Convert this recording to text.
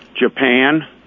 Japan